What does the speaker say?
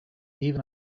even